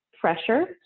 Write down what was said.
pressure